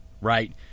right